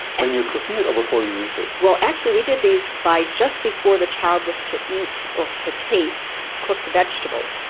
and you're cooking it or before you eat it? well, actually we did these by just before the child was to eat or to taste cooked vegetables,